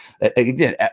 again